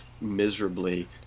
miserably